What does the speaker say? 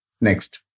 Next